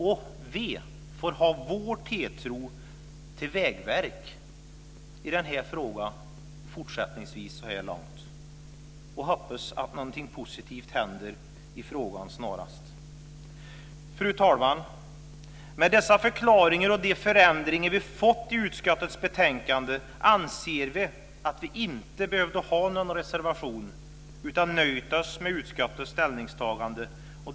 Och vi får ha vår tilltro till Vägverket i denna fråga så här långt fortsättningsvis och hoppas att någonting positivt händer i frågan snarast. Fru talman! Med dessa förklaringar och de förändringar som vi fått i utskottets betänkande anser vi att vi inte behövde ha någon reservation, utan vi har nöjt oss med utskottets ställningstagande.